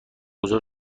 گذار